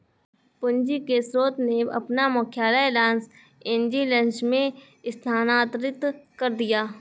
पूंजी के स्रोत ने अपना मुख्यालय लॉस एंजिल्स में स्थानांतरित कर दिया